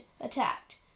attacked